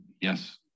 yes